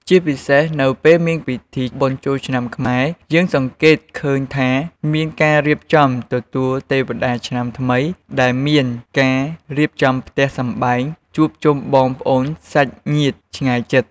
ជាពិសេសនៅពេលមានពិធីបុណ្យចូលឆ្នាំខ្មែរ យើងសង្កេតឃើញថាមានការរៀបចំទទួលទេវតាឆ្នាំថ្មី ដែលមានការរៀបចំផ្ទះសម្បែង ជួបជុំបងប្អូនសាច់ញាតិឆ្ងាយជិត។